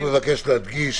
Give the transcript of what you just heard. אני רק מבקש להדגיש